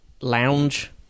lounge